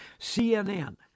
CNN